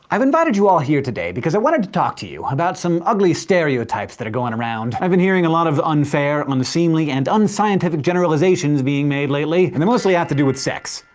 i've invited you all here today because i wanted to talk to you about some ugly stereotypes that are going around. i've been hearing a lot of unfair, unseemly, and unscientific generalizations being made lately. and they mostly have to do with sex.